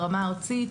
ברמה הארצית,